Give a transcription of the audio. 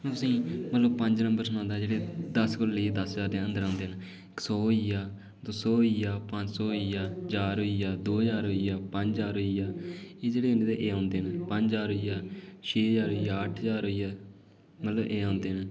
में तुसेंगी मतलब पंज नंबर सनांदा जेह्के दस्स कोला लेइयै दस्स ज्हार दे अंदर अंदर औंदे न सौ होई गेआ दौ सौ होई गेआ पंज सौ होई गेआ ज्हार होई गेआ दो ज्हार होई गेआ पंज ज्हार होई गेआ एह् जेह्ड़े न ते औंदे न पंज ज्हार होई गेआ छे ज्हार होई गेआ अट्ठ ज्हार होई गेआ मतलब एह् औंदे न